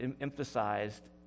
emphasized